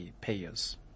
payers